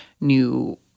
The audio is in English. new